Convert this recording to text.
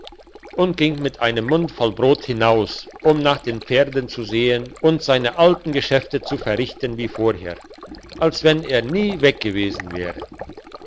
und ging mit einem mund voll brot hinaus um nach den pferden zu sehen und seine alten geschäfte zu verrichten wie vorher als wenn er nie weggegessen wäre